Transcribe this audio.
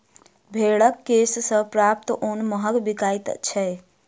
भेंड़क केश सॅ प्राप्त ऊन महग बिकाइत छै